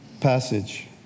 passage